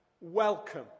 welcome